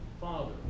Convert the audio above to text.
Father